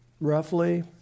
Roughly